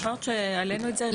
את זוכרת שהעלנו את (5) ו-(6)?